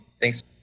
Thanks